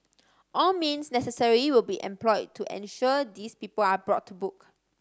all means necessary will be employed to ensure these people are brought to book